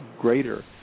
greater